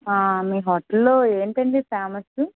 మీ హోటల్లో ఏంటండీ ఫేమస్